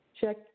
Check